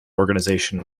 organization